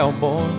cowboy